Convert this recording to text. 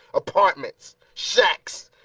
apartments, shacks,